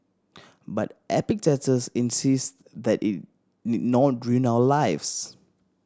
but Epictetus insists that it need not ruin our lives